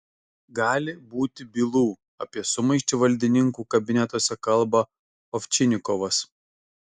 gali būti bylų apie sumaištį valdininkų kabinetuose kalba ovčinikovas